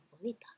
bonita